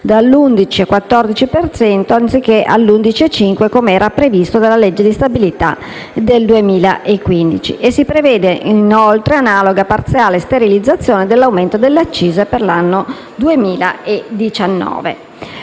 all'11,14 per cento anziché all'11,5 com'era previsto dalla legge di stabilità del 2015. E si prevede inoltre analoga parziale sterilizzazione dell'aumento dell'accisa per l'anno 2019.